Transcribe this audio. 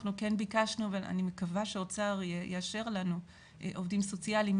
ביקשנו ואני מקווה שהאוצר יאשר לנו עובדים סוציאליים,